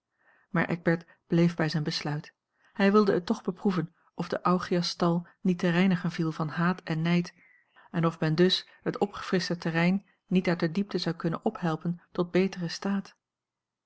maar eckbert bleef bij zijn besluit hij wilde het toch beproeven of de augiasstal niet te reinigen viel van haat en nijd en of men dus het opgefrischte terrein niet uit de diepte zou kunnen ophelpen toe beteren staat